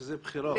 שזה בחירה.